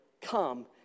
come